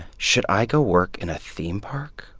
should i go work in a theme park?